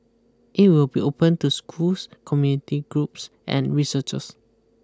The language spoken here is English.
it will be open to schools community groups and researchers